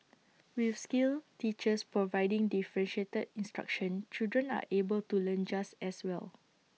with skilled teachers providing differentiated instruction children are able to learn just as well